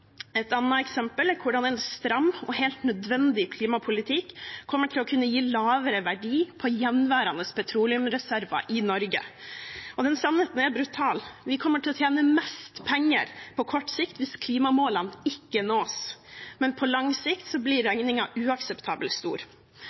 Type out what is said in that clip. Et annet eksempel er hvordan en stram og helt nødvendig klimapolitikk vil kunne gi lavere verdi på gjenværende petroleumsreserver i Norge. Og den sannheten er brutal. Vi kommer til å tjene mest penger på kort sikt hvis klimamålene ikke nås, men på lang sikt blir regningen uakseptabelt